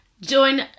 join